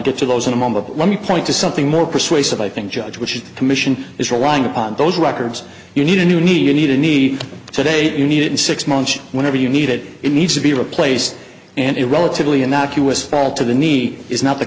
get to those in a moment but let me point to something more persuasive i think judge which commission is relying upon those records you need and you need you need a need today you need it in six months whenever you need it it needs to be replaced and relatively innocuous fall to the knee is not the